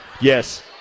yes